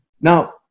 Now